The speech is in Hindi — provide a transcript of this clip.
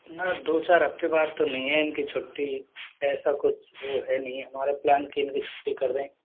ना दो चार हफ्ते बाद तो नहीं हैं इनकी छुट्टी ऐसा कुछ वो है नहीं हमारा प्लान इनकी छुट्टी कर दे